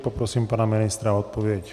Poprosím pana ministra o odpověď.